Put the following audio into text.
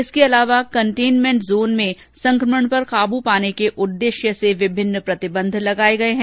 इसके अलावा containment zone में संक्रमण पर काबू पाने के उद्देश्य से विभिन्न प्रतिबंध लगाये गये है